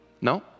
no